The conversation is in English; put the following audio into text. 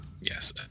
Yes